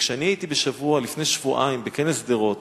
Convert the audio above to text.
וכשאני הייתי לפני שבועיים בכנס שדרות,